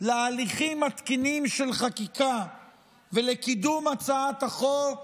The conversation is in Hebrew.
להליכים התקינים של חקיקה ולקידום הצעת החוק